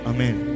Amen